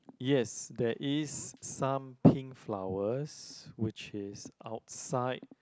yes there is some pink flowers which is outside